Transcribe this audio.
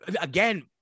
again